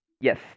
Yes